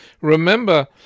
Remember